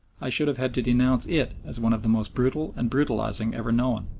i should have had to denounce it as one of the most brutal and brutalising ever known,